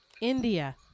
India